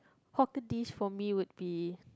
hawker dish for me would be